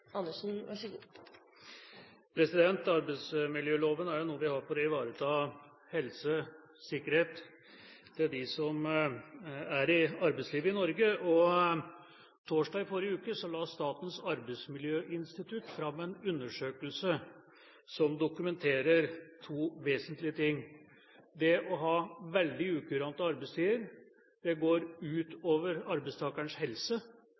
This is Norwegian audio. vi for å ivareta helse og sikkerhet for dem som er i arbeidslivet i Norge. Torsdag i forrige uke la Statens arbeidsmiljøinstitutt fram en undersøkelse som dokumenterer to vesentlige ting. Det å ha veldig ukurante arbeidstider går ut over arbeidstakerens helse.